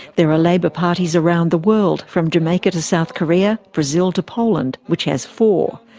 there are labour parties around the world, from jamaica to south korea, brazil to poland, which has four.